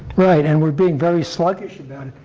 right, and we're being very sluggish about it.